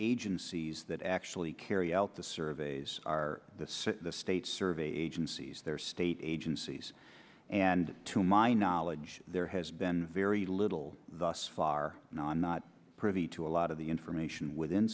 agencies that actually carry out the surveys are the state survey agencies their state agencies and to my knowledge there has been very little thus far and i'm not privy to a lot of the information within